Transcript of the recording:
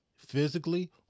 Physically